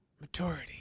maturity